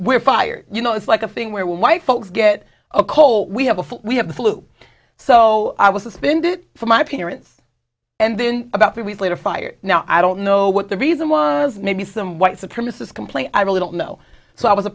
we're fired you know it's like a thing where white folks get a cold we have a we have the flu so i was suspended for my appearance and then about three weeks later fired now i don't know what the reason was maybe some white supremacist complaint i really don't know so i was a